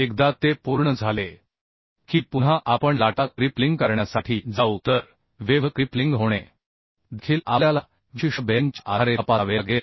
एकदा ते पूर्ण झाले की पुन्हा आपण लाटा क्रिप्लिंग करण्यासाठी जाऊ तर वेव्ह क्रिप्लिंग होणे देखील आपल्याला विशिष्ट बेअरिंगच्या आधारे तपासावे लागेल